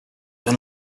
been